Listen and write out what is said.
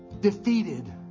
defeated